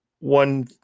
One